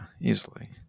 easily